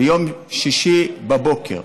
ביום שישי בבוקר,